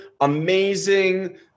amazing